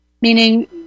Meaning